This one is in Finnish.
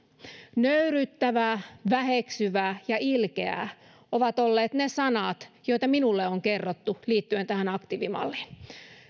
nöyryyttävä väheksyvä ja ilkeä ovat olleet ne sanat joita minulle on kerrottu liittyen aktiivimalliin